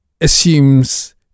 assumes